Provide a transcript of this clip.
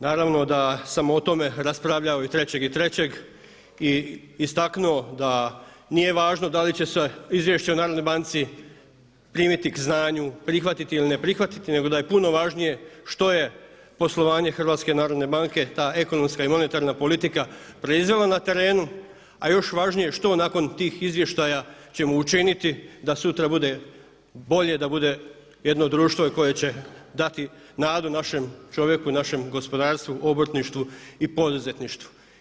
Naravno da sam o tome raspravljao i 3.3. i istaknuo da nije važno da li će se izvješće o Narodnoj banci primiti k znanju, prihvatiti ili ne prihvatiti, nego da je puno važnije što je poslovanje Hrvatske narodne banke ta ekonomska i monetarna politika proizvela na terenu, a još važnije što nakon tih izvještaja ćemo učiniti da sutra bude bolje, da bude jedno društvo koje će dati nadu našem čovjeku, našem gospodarstvu, obrtništvu i poduzetništvu.